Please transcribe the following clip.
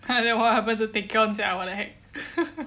!huh! then what happened to tae kyoung sia what the heck